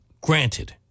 granted